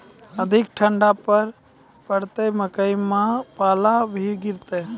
अधिक ठंड पर पड़तैत मकई मां पल्ला भी गिरते?